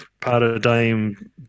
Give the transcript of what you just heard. paradigm